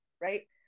right